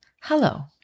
Hello